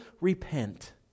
repent